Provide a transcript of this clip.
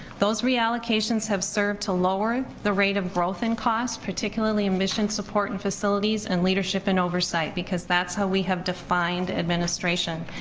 those reallocations have served to lower the rate of growth in cost, particularly in mission support and facilities and leadership and oversight, because that's how we have defined administration.